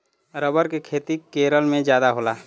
rubber के खेती केरल में जादा होला